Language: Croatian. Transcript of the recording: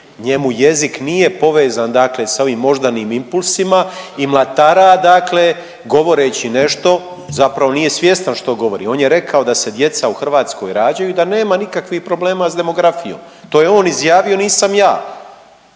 Njemu jezik nije povezan dakle sa ovim moždanim impulsima i mlatara dakle govoreći nešto, zapravo nije svjestan što govori. On je rekao da se djeca u Hrvatskoj rađaju i da nema nikakvih problema s demografijom. To je on izjavio nisam ja.